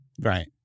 Right